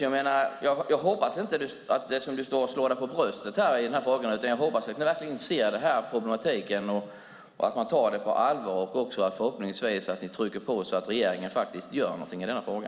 Jag hoppas att du inte står och slår dig för bröstet i den här frågan utan att du verkligen ser problematiken och tar den på allvar. Jag hoppas också att ni trycker på så att regeringen faktiskt gör något i denna fråga.